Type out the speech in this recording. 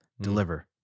deliver